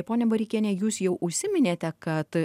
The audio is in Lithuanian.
ponia bareikiene jūs jau užsiminėte kad